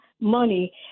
money